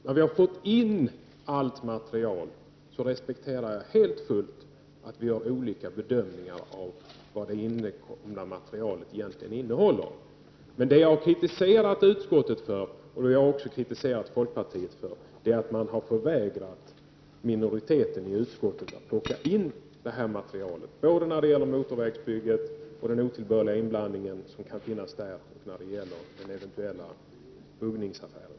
När vi har fått in allt material respekterar jag helt och fullt att vi gör olika bedömningar av vad det materialet egentligen innehåller. Men det jag kritiserat utskottet för, och det jag också har kritiserat folkpartiet för, är att man har förvägrat minoriteten i utskottet att plocka in material både när det gäller motorvägsbygget och den otillbörliga inblandning som finns där och när det gäller den eventuella buggningsaffären.